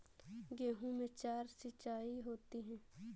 गेहूं में चार सिचाई होती हैं